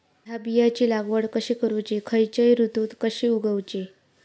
हया बियाची लागवड कशी करूची खैयच्य ऋतुत कशी उगउची?